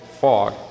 fog